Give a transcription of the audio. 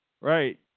Right